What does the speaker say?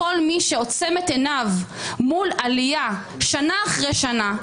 כל מי שעוצם את עיניו מול עלייה של מחירי הדיור שנה אחרי שנה